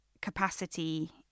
capacity